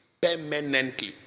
Permanently